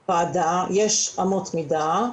--- ועדה, יש אמות מידה.